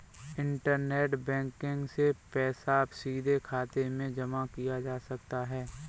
internet banking से पैसा सीधे खाते में जमा किया जा सकता है